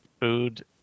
food